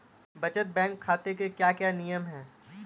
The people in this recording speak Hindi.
बचत बैंक खाते के क्या क्या नियम हैं?